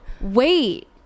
Wait